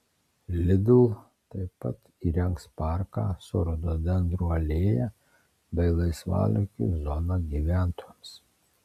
lidl taip pat įrengs parką su rododendrų alėja bei laisvalaikio zona gyventojams